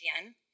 again